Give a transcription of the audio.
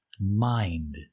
mind